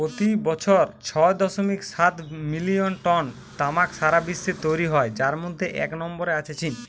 পোতি বছর ছয় দশমিক সাত মিলিয়ন টন তামাক সারা বিশ্বে তৈরি হয় যার মধ্যে এক নম্বরে আছে চীন